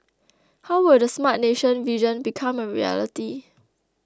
how will the Smart Nation vision become a reality